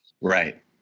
Right